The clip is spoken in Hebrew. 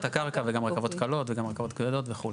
הקרקע וגם רכבות קלות וגם רכבות כבדות וכו'.